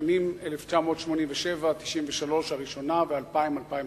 שהיתה בשנים 1987 1993, הראשונה, ו-2000 2005,